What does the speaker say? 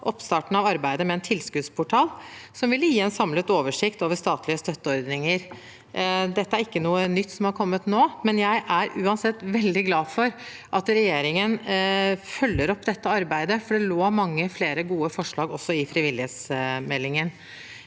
oppstarten av arbeidet med en tilskuddsportal, som ville gi en samlet oversikt over statlige støtteordninger. Dette er ikke noe nytt som har kommet nå, men jeg er uansett veldig glad for at regjeringen følger opp dette arbeidet, for det lå mange flere gode forslag i frivillighetsmeldingen.